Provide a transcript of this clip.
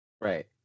right